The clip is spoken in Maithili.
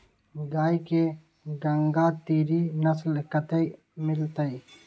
गाय के गंगातीरी नस्ल कतय मिलतै?